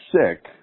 sick